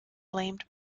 blamed